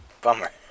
Bummer